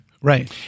right